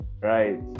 Right